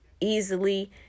easily